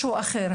משהו אחר.